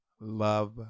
love